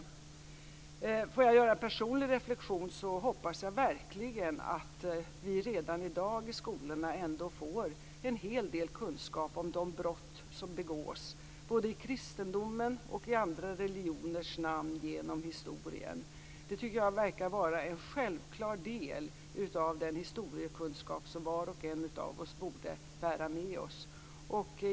Om jag får göra en personlig reflexion, hoppas jag verkligen att vi redan i dag i skolorna får en hel del kunskap om de brott som begåtts både i kristendomens och i andra religioners namn genom historien. Det tycker jag verkar vara en självklar del av den historiekunskap som var och en av oss borde bära med oss.